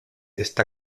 está